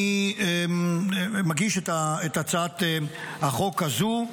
אני מגיש את הצעת החוק הזו,